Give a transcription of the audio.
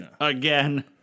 Again